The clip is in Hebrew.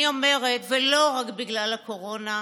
אני אומרת, לא רק בגלל הקורונה,